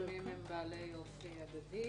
ההסכמים הם בדרך כלל בעלי אופי הדדי.